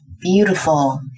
Beautiful